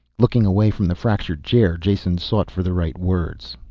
looking away from the fractured chair, jason sought for the right words.